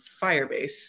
Firebase